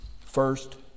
First